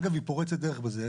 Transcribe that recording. אגב, היא פורצת דרך בזה.